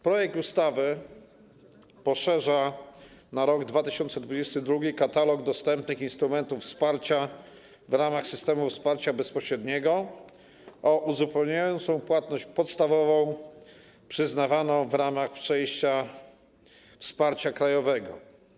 Projekt ustawy poszerza w roku 2022 katalog dostępnych instrumentów wsparcia w ramach systemu wsparcia bezpośredniego o uzupełniającą płatność podstawową przyznawaną w ramach przejściowego wsparcia krajowego.